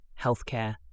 healthcare